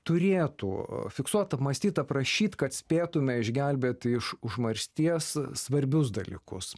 turėtų fiksuot apmąstyt aprašyt kad spėtume išgelbėt iš užmaršties svarbius dalykus